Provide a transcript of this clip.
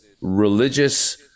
religious